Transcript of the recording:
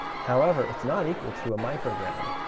however, it's not equal to a microgram.